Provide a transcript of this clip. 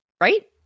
right